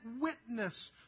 witness